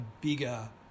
bigger